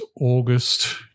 August